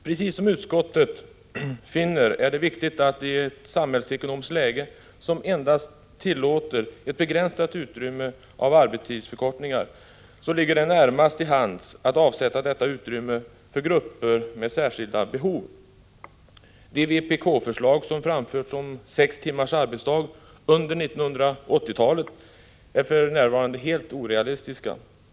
Precis som utskottet framhåller ligger det närmast till hands att i ett samhällsekonomiskt läge som tillåter endast ett begränsat utrymme för arbetstidsförkortningar avsätta detta utrymme för grupper med särskilda behov. De vpk-förslag som framförts om sex timmars arbetsdag under 1980-talet är för närvarande helt orealistiska.